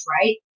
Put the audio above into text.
right